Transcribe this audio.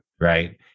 right